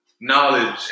knowledge